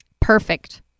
Perfect